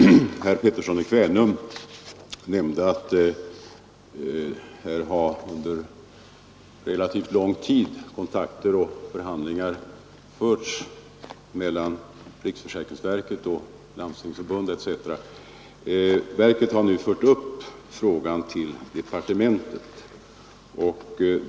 Herr talman! Herr Pettersson i Kvänum nämnde att under relativt lång tid förhandlingar förts mellan riksförsäkringsverket och Landstingsförbundet. Verket har nu fört upp frågan till departementet.